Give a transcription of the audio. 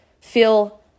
feel